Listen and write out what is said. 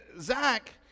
Zach